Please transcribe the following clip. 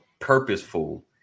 purposeful